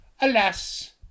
Alas